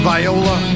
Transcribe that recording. Viola